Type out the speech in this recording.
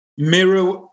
mirror